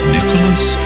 Nicholas